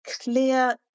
clear